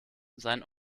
sein